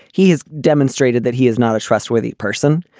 he has demonstrated that he is not a trustworthy person.